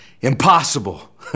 impossible